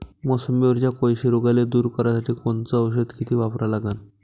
मोसंबीवरच्या कोळशी रोगाले दूर करासाठी कोनचं औषध किती वापरा लागन?